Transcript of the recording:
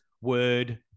word